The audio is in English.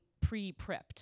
pre-prepped